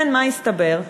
מה התברר?